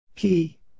Key